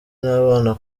n’abana